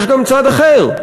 יש גם צד אחר,